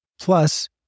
Plus